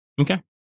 Okay